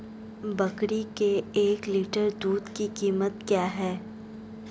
बकरी के एक लीटर दूध की कीमत क्या है?